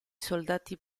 soldati